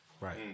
Right